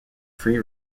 free